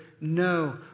no